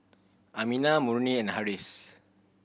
Aminah Murni and Harris